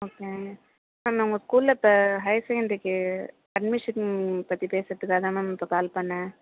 okay ma'am ma'am நான் உங்ள் ஸ்கூலில் இப்போ ஹயர் செகண்டரிக்கு அட்மிஷன் பற்றி பேசுகிறதுக்காக தான் மேம் இப்போ கால் பண்ணிணேன்